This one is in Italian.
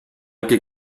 anche